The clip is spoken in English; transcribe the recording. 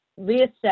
reassess